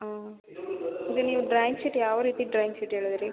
ಹಾಂ ಮತ್ತು ನೀವು ಡ್ರಾಯಿಂಗ್ ಶೀಟ್ ಯಾವ ರೀತಿ ಡ್ರಾಯಿಂಗ್ ಶೀಟ್ ಹೇಳಿದ್ರಿ